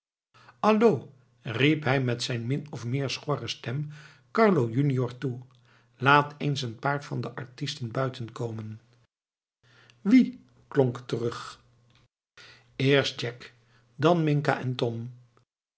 allo riep hij met zijn min of meer schorre stem carlo junior toe laat eens een paar van de artisten buiten komen wie klonk het terug eerst jack dan minca en tom